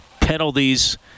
penalties